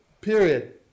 Period